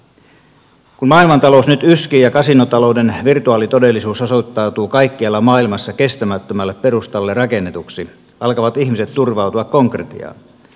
kun maailmantalous nyt yskii ja kasinotalouden virtuaalitodellisuus osoittautuu kaikkialla maailmassa kestämättömälle perustalle rakennetuksi alkavat ihmiset turvautua konkretiaan